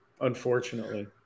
Unfortunately